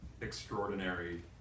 extraordinary